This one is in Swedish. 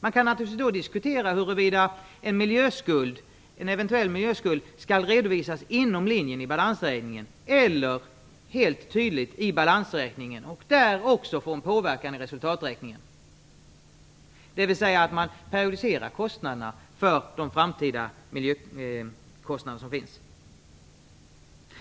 Man kan naturligtvis diskutera huruvida en eventuell miljöskuld då skall redovisas inom linjen i balansräkningen eller helt tydligt i balansräkningen och där också få en påverkan i resultaträkningen, dvs. att man periodiserar de framtida miljökostnaderna.